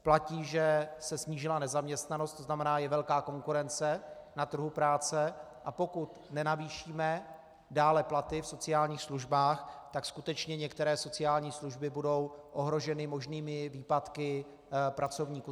Platí, že se snížila nezaměstnanost, to znamená, je velká konkurence na trhu práce, a pokud nenavýšíme dále platy v sociálních službách, tak skutečně některé sociální služby budou ohroženy možnými výpadky pracovníků.